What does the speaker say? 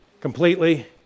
completely